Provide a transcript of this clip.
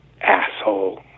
asshole